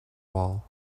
wall